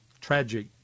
tragic